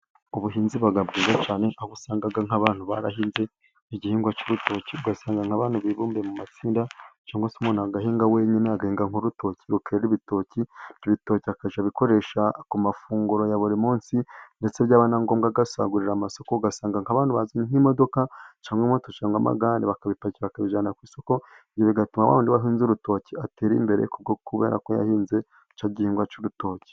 Ubuhinzi buba bwiza cyane, aho usanga nk'abantu barahinze igihingwa cy'urutoki, ugasanga n'abandi bibumbiye mu matsinda, cyangwa se umuntu agahinga wenyine nk'urutoki, rukera ibitoki ibyo bitoki akajya abikoresha ku mafunguro ya buri munsi, ndetse byaba na ngombwa agasagurira amasoko ,ugasanga nk'imodoka, cyangwa moto, cyangwa amagare, bakabipakira bakabijyana ku isoko ,ibyo bigatuma wa w'undi wahinze urutoki atera imbere, kuko kubera ko yahinze igihingwa cy'urutoki.